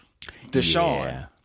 Deshaun